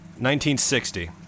1960